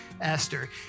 Esther